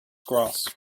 grass